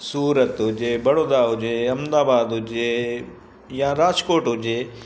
सूरत हुजे बड़ौदा हुजे अहमदाबाद हुजे या राजकोट हुजे